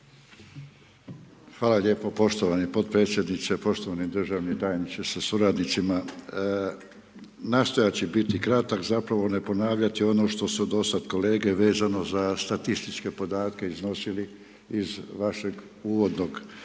Hvala lijepo poštovani potpredsjedniče, poštovani državni tajniče sa suradnicima. Nastojat ću biti kratak, zapravo ne ponavljati ono što su dosad kolege vezano za statističke podatke iznosili iz vašeg uvodnog